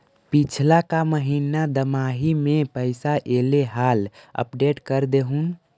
पिछला का महिना दमाहि में पैसा ऐले हाल अपडेट कर देहुन?